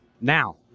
now